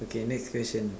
okay next question